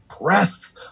breath